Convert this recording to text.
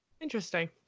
Interesting